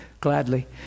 Gladly